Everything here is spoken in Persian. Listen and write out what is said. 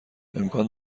امکان